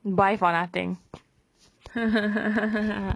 buy for nothing